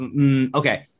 Okay